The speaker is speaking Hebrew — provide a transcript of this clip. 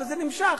וזה נמשך.